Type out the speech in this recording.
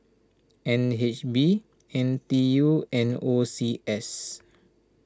N H B N T U and O C S